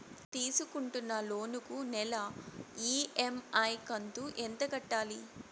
తీసుకుంటున్న లోను కు నెల ఇ.ఎం.ఐ కంతు ఎంత కట్టాలి?